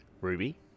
ruby